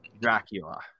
Dracula